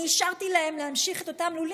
אני אישרתי להם להמשיך את אותם לולים,